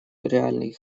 реальный